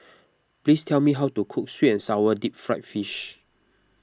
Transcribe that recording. please tell me how to cook Sweet and Sour Deep Fried Fish